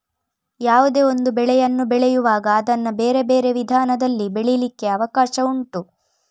ಯಾವುದೇ ಒಂದು ಬೆಳೆಯನ್ನು ಬೆಳೆಯುವಾಗ ಅದನ್ನ ಬೇರೆ ಬೇರೆ ವಿಧಾನದಲ್ಲಿ ಬೆಳೀಲಿಕ್ಕೆ ಅವಕಾಶ ಉಂಟು